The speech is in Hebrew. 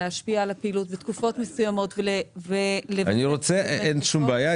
להשפיע על הפעילות בתקופות מסוימות --- אין שום בעיה.